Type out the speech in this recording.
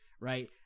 right